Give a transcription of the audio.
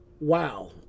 Wow